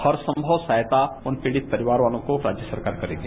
हर संगव सहायता उन पीडित परिवारों को राज्य सरकार करेगी